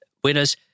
Whereas